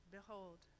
Behold